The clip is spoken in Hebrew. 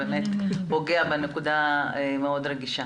באמת פוגע בנקודה מאוד רגישה.